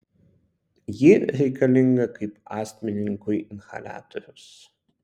ji reikalinga kaip astmininkui inhaliatorius